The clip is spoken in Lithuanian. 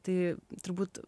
tai turbūt